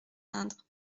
indre